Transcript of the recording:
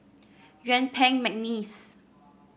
Yuen Peng McNeice